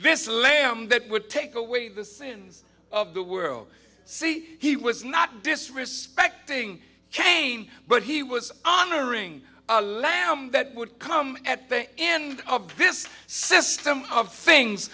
this lame that would take away the sins of the world see he was not disrespecting cain but he was honoring a lamb that would come at the end of this system of things